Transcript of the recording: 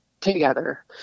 together